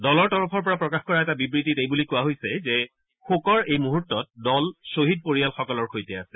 দলৰ তৰফৰ পৰা জাৰি কৰা এটা বিবৃতিত এইবুলি কোৱা হৈছে যে শোকৰ এই মুহুৰ্তত দল খ্বহীদ পৰিয়ালসকলৰ সৈতে আছে